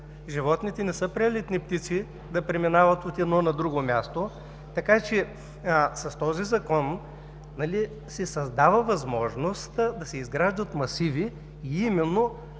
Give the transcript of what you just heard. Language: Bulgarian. Животните не са прелетни птици да преминават от едно на друго място, така че с този Закон се създава възможност да се изграждат масиви именно